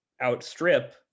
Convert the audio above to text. outstrip